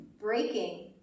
Breaking